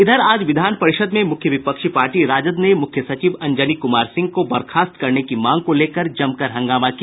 इधर आज भी विधान परिषद् में मुख्य विपक्षी पार्टी राजद ने मुख्य सचिव अंजनी कुमार सिंह को बर्खास्त करने की मांग को लेकर जमकर हंगामा किया